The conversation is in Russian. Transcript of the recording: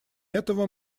этого